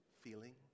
feeling